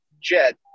jet